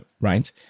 right